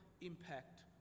impact